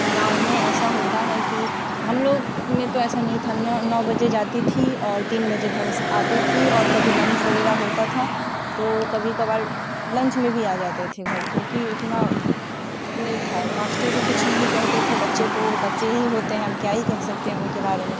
गाँव में ऐसा होता है कि हम लोग में तो ऐसा नहीं था नौ नौ बजे जाती थी और तीन बजे घर आई थी और कभी लंच वग़ैरह होता था कभी कभार लंच में भी आ जाते थे घर क्योंकि उतना नहीं था माश्टर भी कुछ नहीं कहते थे बच्चे तो बच्चे ही होते हैं अब क्या ही कह सकते हैं उनके बारे में